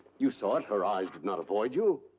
you saw it, her eyes did not avoid you!